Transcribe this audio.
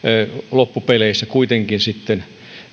loppupeleissä kuitenkin